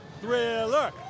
Thriller